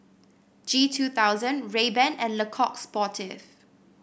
G two thousand Rayban and Le Coq Sportif